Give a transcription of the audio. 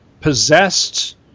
possessed